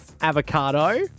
Avocado